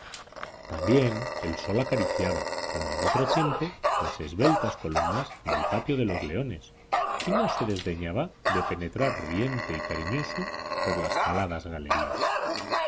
también el sol acariciaba como en otro tiempo las esbeltas columnas del patio de los leones y no se desdeñaba de penetrar riente y cariñoso por las caladas galerías